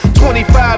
25